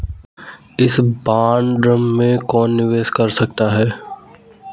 इस बॉन्ड में कौन निवेश कर सकता है?